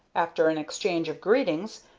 after an exchange of greetings,